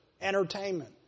entertainment